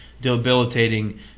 debilitating